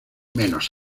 menos